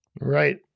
Right